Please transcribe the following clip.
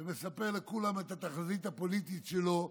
ומספר לכולם את התחזית הפוליטית שלו,